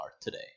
today